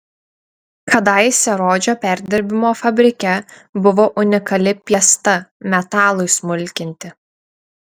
kadaise rodžio perdirbimo fabrike buvo unikali piesta metalui smulkinti